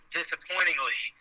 disappointingly